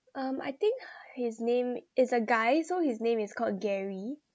um I think his name it's a guy so his name is called gary